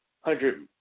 hundred